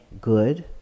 good